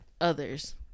others